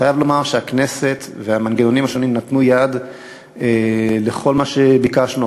אני חייב לומר שהכנסת והמנגנונים השונים נתנו יד בכל מה שביקשנו,